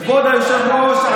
כבוד היושב-ראש,